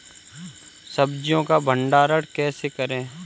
सब्जियों का भंडारण कैसे करें?